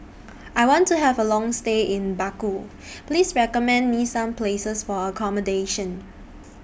I want to Have A Long stay in Baku Please recommend Me Some Places For accommodation